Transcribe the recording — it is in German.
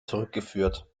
zurückgeführt